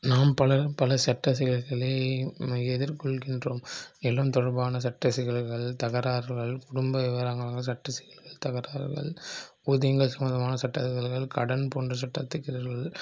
நாம் பல பல சட்ட சிக்கல்களை எதிர்கொள்கின்றோம் நிலம் தொடர்பான சட்ட சிக்கல்கள் தகராறுகள் குடும்ப விவகாரங்கள் சட்ட சிக்கல்கள் தகராறுகள் ஊதியங்கள் சம்மந்தமான சட்ட சிக்கல்கள் கடன் போன்ற சட்ட சிக்கல்கள்